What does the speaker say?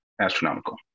astronomical